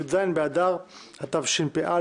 י"ז באדר התשפ"א,